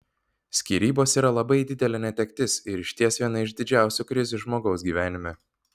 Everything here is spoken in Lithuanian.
skyrybos yra labai didelė netektis ir išties viena iš didžiausių krizių žmogaus gyvenime